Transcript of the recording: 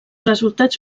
resultats